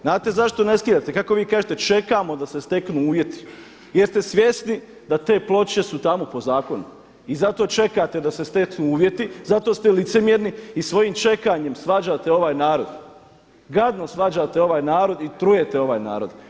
Znate zašto ne skidate, kako vi kažete čekamo da se steknu uvjeti jer ste svjesni da te ploče su tamo po zakonu i zato čekate da se steknu uvjeti, zato ste licemjerni i svojim čekanjem svađate ovaj narod, gadno svađate ovaj narod i trujete ovaj narod.